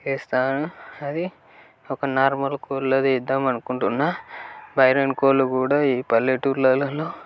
వేస్తాను అది ఒక నార్మల్ కోళ్ళది వేద్దాము అనుకుంటున్నాను బ్రాయిలర్ కోళ్ళు కూడా ఈ పల్లెటూళ్ళలో